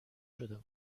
شده